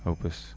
Opus